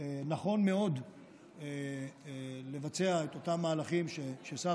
שנכון מאוד לבצע את אותם מהלכים ששר